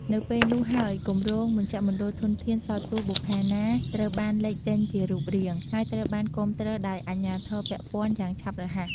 នៅពេលនោះហើយគម្រោងមជ្ឈមណ្ឌលធនធានសោទស្សន៍បុប្ផាណាត្រូវបានលេចចេញជារូបរាង ហើយត្រូវបានគាំទ្រដោយអាជ្ញាធរពាក់ព័ន្ធយ៉ាងឆាប់រហ័ស។